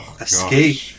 escape